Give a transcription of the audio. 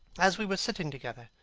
as we were sitting together,